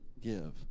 give